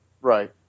Right